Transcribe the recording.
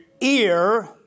ear